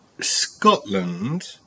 Scotland